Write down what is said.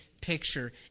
picture